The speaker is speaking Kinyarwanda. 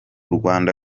rwanda